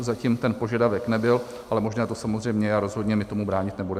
Zatím ten požadavek nebyl, ale možné to samozřejmě je a rozhodně my tomu bránit nebudeme.